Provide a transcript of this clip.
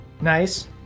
Nice